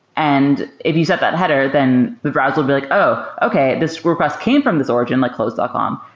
and if you set that header, then the browser will be like, oh! okay. this request came from this origin like clothes dot com.